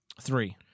Three